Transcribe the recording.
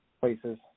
places